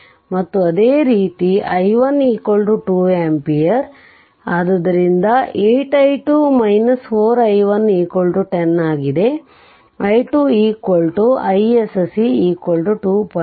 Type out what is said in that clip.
ಮತ್ತು ಅದೇ ರೀತಿ i1 2 ampere ಆದುದರಿಂದ 8 i2 4 i1 10ಆಗಿದೆ i2 isc 2